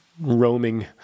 roaming